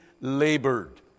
labored